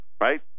right